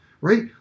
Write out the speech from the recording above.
right